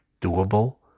doable